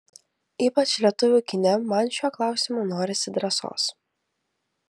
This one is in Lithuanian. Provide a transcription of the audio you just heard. ypač lietuvių kine man šiuo klausimu norisi drąsos